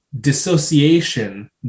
dissociation